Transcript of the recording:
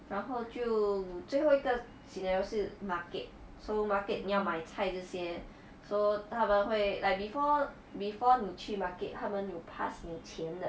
然后就最后一个 scenario 是 market so market 你要买菜这些 so 他们会 like before before 你去 market 他们有 pass 你钱的